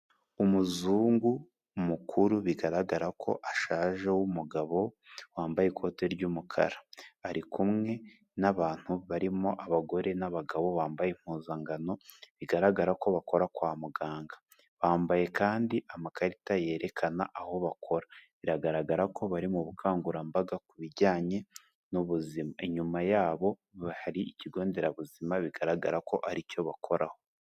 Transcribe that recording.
Umuzungu mukuru bigaragara ko ashaje w'umugabo, wambaye ikote ry'umukara, ari kumwe n'abantu barimo abagore n'abagabo bambaye impuzankano, bigaragara ko bakora kwa muganga, bambaye kandi amakarita yerekana aho bakora, biragaragara ko bari mu bukangurambaga ku bijyanye n'ubuzima, inyuma yabo hari ikigo nderabuzima bigaragara ko ari cyo bakoraho.